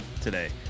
today